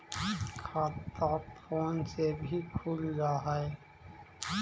खाता फोन से भी खुल जाहै?